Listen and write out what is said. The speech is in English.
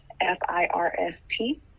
F-I-R-S-T